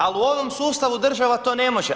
Ali u ovom sustavu država to ne može.